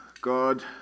God